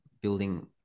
building